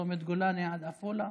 צומת גולני עד עפולה?